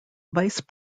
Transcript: vice